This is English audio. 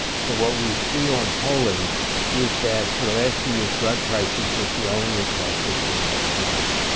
so what we see on polling is that for the last few years, drug prices was the only cost issue in anybody's mind.